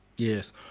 Yes